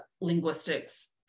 linguistics